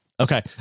Okay